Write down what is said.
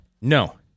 No